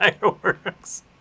Fireworks